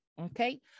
Okay